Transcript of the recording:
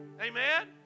amen